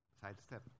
sidestep